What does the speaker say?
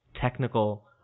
technical